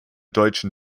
deutschen